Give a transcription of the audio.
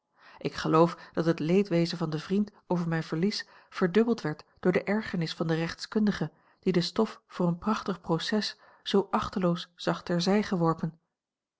ik geloof dat het leedwezen van den vriend over mijn verlies verdubbeld werd door de ergernis van den rechtskundige die de stof voor een prachtig proces zoo achteloos zag